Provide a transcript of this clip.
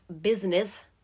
business